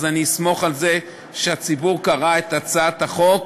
אז אני אסמוך על כך שהציבור קרא את הצעת החוק.